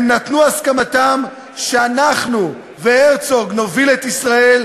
הם נתנו את הסכמתם שאנחנו והרצוג נוביל את ישראל,